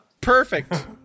Perfect